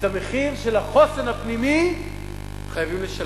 את המחיר של החוסן הפנימי חייבים לשלם.